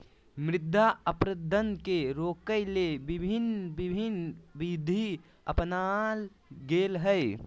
मृदा अपरदन के रोकय ले भिन्न भिन्न विधि अपनाल गेल हइ